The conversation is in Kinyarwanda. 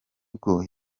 bwo